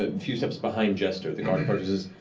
a few steps behind jester, the guard approaches,